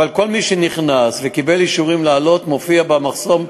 אבל כל מי שנכנס וקיבל אישורים לעלות מופיע במחסום,